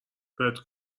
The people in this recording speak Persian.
بهت